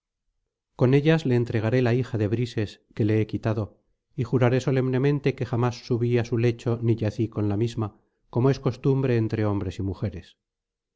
entregaré la hija de brises que le he quitado y juraré solemnemente que jamás subí á su lecho ni yací con la misma como es costumbre entre hombres y mujeres